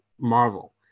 Marvel